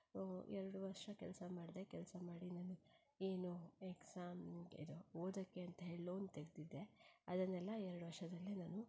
ಎರಡು ವರ್ಷ ಕೆಲಸ ಮಾಡಿದೆ ಕೆಲಸ ಮಾಡಿ ನನಗೆ ಏನು ಎಕ್ಸಾಮ್ಗೆ ಇದು ಓದೋಕ್ಕೆ ಅಂತ ಹೇಳಿ ಲೋನ್ ತೆಗೆದಿದ್ದೆ ಅದನ್ನೆಲ್ಲ ಎರಡು ವರ್ಷದಲ್ಲೇ ನಾನು